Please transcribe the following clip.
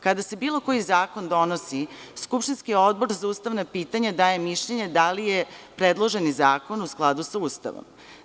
Kada se bilo koji zakon donosi, skupštinski Odbor za ustavna pitanja daje mišljenje da li je predloženi zakon u skladu sa Ustavom.